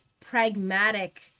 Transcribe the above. pragmatic